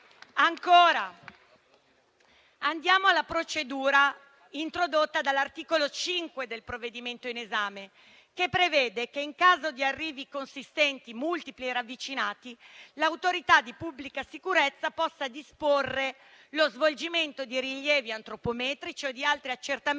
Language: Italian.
Ma veniamo alla procedura introdotta dall'articolo 5 del provvedimento in esame, che prevede che in caso di arrivi consistenti multipli e ravvicinati, l'Autorità di pubblica sicurezza possa disporre lo svolgimento di rilievi antropometrici o di altri accertamenti